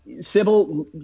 Sybil